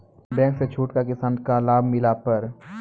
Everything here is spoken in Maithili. बैंक से छूट का किसान का लाभ मिला पर?